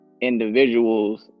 individuals